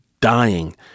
dying